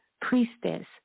priestess